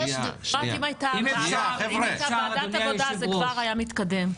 אם הייתה ועדת העבודה והרווחה זה כבר היה מתקדם.